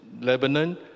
Lebanon